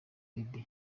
baby